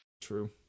true